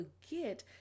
forget